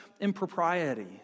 impropriety